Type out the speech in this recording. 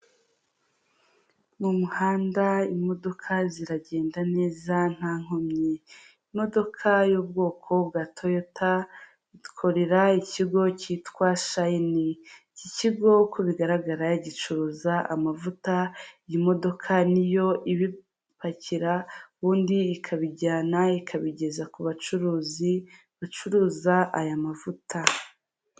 Mu muhanda imodoka ziragenda neza nta nkomyi imodoka y'ubwoko bwa toyota, ikorera ikigo cyitwa shayini iki kigo uko bigaragara gicuruza amavuta y'imodoka niyo ibipakira ubundi ikabijyana ikabigeza ku bacuruzi bacuruza aya mavuta.